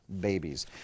babies